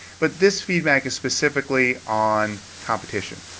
but this feedback is specifically on competition.